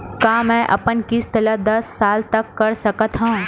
का मैं अपन किस्त ला दस साल तक कर सकत हव?